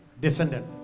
Descendant